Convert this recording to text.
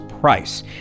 Price